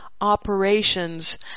operations